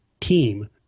team